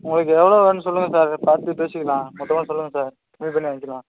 உங்களுக்கு எவ்வளோ வேணும் சொல்லுங்கள் சார் பார்த்து பேசிக்கலாம் மொத்தமாக சொல்லுங்கள் சார் கம்மி பண்ணி வாங்கிக்கலாம்